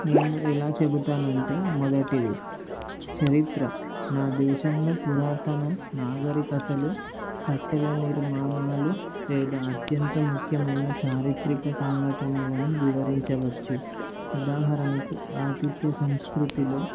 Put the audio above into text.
నేను ఎలా చెప్తాను ఉంటే మొదటిది చరిత్ర నా దేశంలో పురాతన నాగరికతలు కట్టెల నిర్మాణాలు లేదా అత్యంత ముఖ్యమైన చారిత్రక సంఘటనలను వివరించవచ్చు ఉదాహరణకు ఆతిథ్య సంస్కృతిలో